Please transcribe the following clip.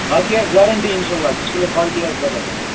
باقٕے حظ گارَنٛٹی اِنشاء اَللّہ ڈِسپٕلیے کالٹی آسہِ زَبَردَست